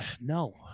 no